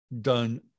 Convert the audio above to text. done